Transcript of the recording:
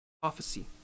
prophecy